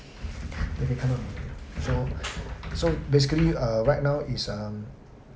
so so basically err right now is um